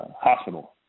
hospital